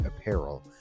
apparel